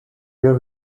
hear